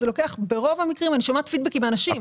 אני שומעת פידבקים מאנשים.